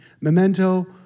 Memento